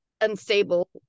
unstable